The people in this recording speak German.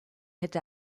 hätte